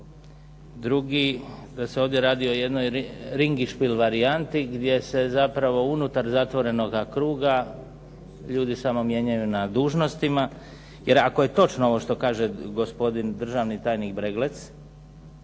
Drugi da se ovdje radi o jednoj ringišpil varijanti gdje se zapravo unutar zatvorenoga kruga ljudi samo mijenjaju na dužnostima, jer ako je točno ovo što kaže gospodin državni tajnik Breglec